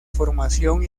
formación